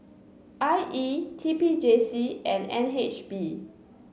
I E T P J C and N H B